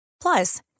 plus